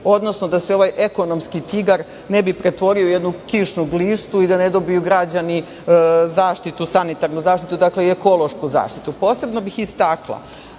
odnosno da se ovaj ekonomski tigar ne bi pretvorio u jednu kišnu glistu i da ne dobiju građani sanitarnu zaštitu i ekološku zaštitu. Posebno bih istakla